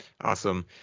Awesome